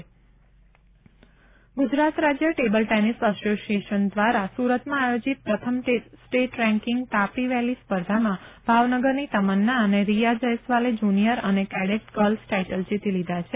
state table tennis Gujarat રાજ્ય table tennis association દ્વારા સુરતમાં આયોજિત પ્રથમ સ્ટેટ રેન્કિંગ તાપી વેલી સ્પર્ધામાં ભાવનગરની તમન્ના અને રીયા જયસ્વાલે જૂનિયર અને કેડેટ ગર્લ્સ ટાઇટલ જીતી લીધા છે